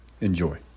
Enjoy